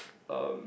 um